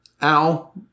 Al